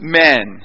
men